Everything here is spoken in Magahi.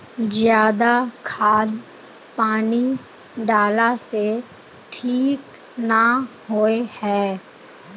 ज्यादा खाद पानी डाला से ठीक ना होए है?